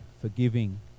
forgiving